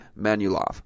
Manulov